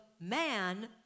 man